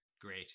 great